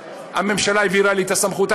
הממשלה העבירה לי את הסמכות,